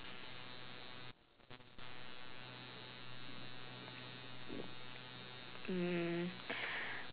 mm